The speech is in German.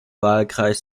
wahlkreis